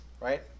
Right